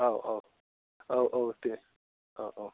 औ औ औ औ दे औ औ